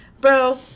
Bro